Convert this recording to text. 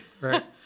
right